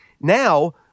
Now